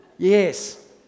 Yes